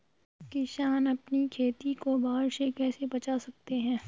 किसान अपनी खेती को बाढ़ से कैसे बचा सकते हैं?